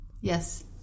Yes